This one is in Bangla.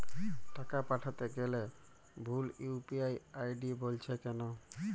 টাকা পাঠাতে গেলে ভুল ইউ.পি.আই আই.ডি বলছে কেনো?